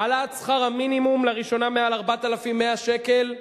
העלאת שכר המינימום לראשונה מעל 4,100 שקל,